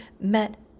met